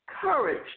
courage